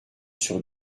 sur